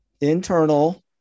internal